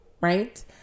Right